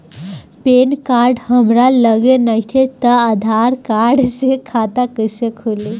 Pan card हमरा लगे नईखे त आधार कार्ड से खाता कैसे खुली?